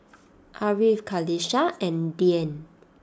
Ariff Qalisha and Dian